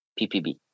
PPB